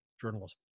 journalism